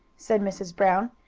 said mrs. brown.